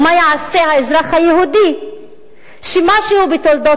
ומה יעשה האזרח היהודי שמשהו בתולדות